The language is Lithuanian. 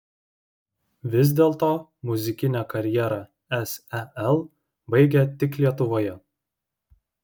vis dėlto muzikinę karjerą sel baigia tik lietuvoje